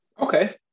Okay